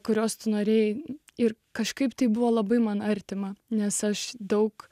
kurios tu norėjai ir kažkaip tai buvo labai man artima nes aš daug